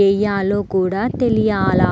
యెయ్యాలో కూడా తెలియాల